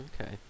Okay